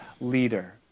leader